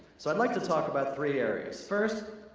so i'd like to talk about three areas. first,